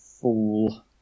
fool